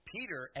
Peter